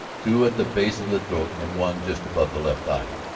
two at the base of the throat and one just above the left eye.